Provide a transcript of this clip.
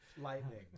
Lightning